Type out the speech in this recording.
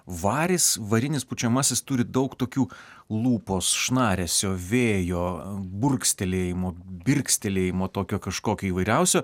varis varinis pučiamasis turi daug tokių lūpos šnaresio vėjo burkstelėjimo birkstelėjimo tokio kažkokio įvairiausio